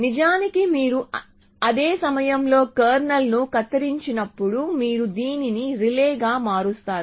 నిజానికి మీరు అదే సమయంలో కెర్నల్ను కత్తిరించినప్పుడు మీరు దీనిని రిలేగా మారుస్తారు